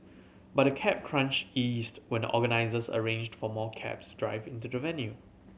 but the cab crunch eased when the organisers arranged for more cabs drive into the venue